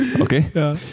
Okay